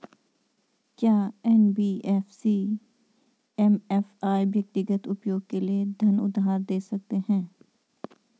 क्या NBFC MFI व्यक्तिगत उपयोग के लिए धन उधार दें सकते हैं?